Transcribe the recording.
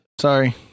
Sorry